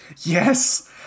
yes